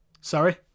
Sorry